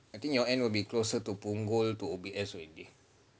I think your end will be closer to punggol to O_B_S already